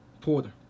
Porter